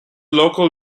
local